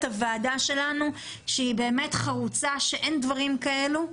הוועדה שלנו שהיא באמת חרוצה שאין דברים כאלו,